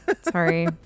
Sorry